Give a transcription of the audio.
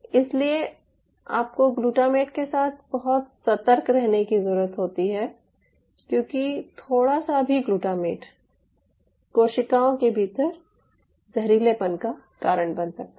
इसलिए आपको ग्लूटामेट के साथ बहुत सतर्क रहने की ज़रूरत होती है क्योंकि थोड़ा सा भी ज़्यादा ग्लूटामेट कोशिकाओं के भीतर जहरीलेपन का कारण बन सकता है